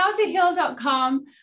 howtoheal.com